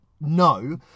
no